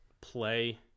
play